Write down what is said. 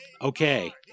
Okay